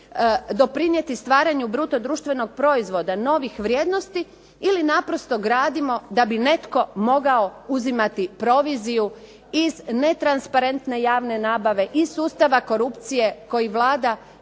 doprinijeti stvaranju bruto društvenog proizvoda, novih vrijednosti ili naprosto gradimo da bi netko mogao uzimati proviziju iz netransparentne javne nabave, iz sustava korupcije koji Vlada